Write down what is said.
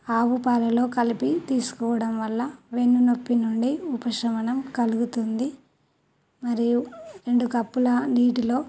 ఆవుపాలలో కలిపి తీసుకోవడం వల్ల వెన్నునొప్పి నుండి ఉపశమనం కలుగుతుంది మరియు రెండు కప్పుల నీటిలో